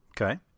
okay